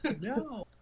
No